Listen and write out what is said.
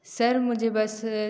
sir मुझे बस